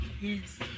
Yes